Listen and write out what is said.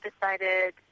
decided